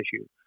issue